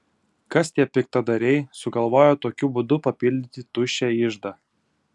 kas tie piktadariai sugalvoję tokiu būdu papildyti tuščią iždą